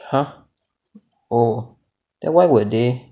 !huh! oh then why would they